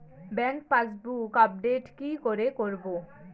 Bank passbook update কি করে করবো?